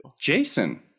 Jason